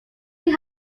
also